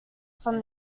from